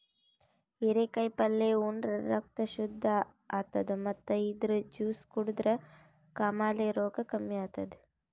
ಹಿರೇಕಾಯಿ ಪಲ್ಯ ಉಂಡ್ರ ರಕ್ತ್ ಶುದ್ದ್ ಆತದ್ ಮತ್ತ್ ಇದ್ರ್ ಜ್ಯೂಸ್ ಕುಡದ್ರ್ ಕಾಮಾಲೆ ರೋಗ್ ಕಮ್ಮಿ ಆತದ್